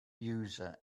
user